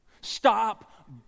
Stop